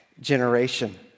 generation